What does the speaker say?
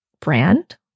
brand